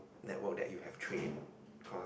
network that you have trained cause